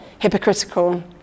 hypocritical